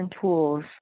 tools